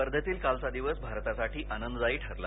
स्पर्धेतील कालचा दिवस भारतासाठी आनंददायी ठरला